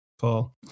Paul